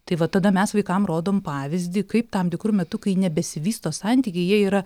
tai vat tada mes vaikam rodom pavyzdį kaip tam tikru metu kai nebesivysto santykiai jie yra